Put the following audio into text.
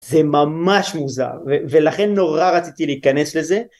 זה ממש מוזר ולכן נורא רציתי להיכנס לזה